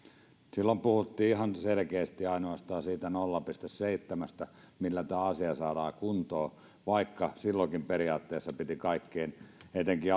silloin puhuttiin ihan selkeästi ainoastaan siitä nolla pilkku seitsemästä millä tämä asia saadaan kuntoon vaikka silloinkin periaatteessa piti kaikkien etenkin